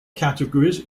categories